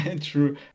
true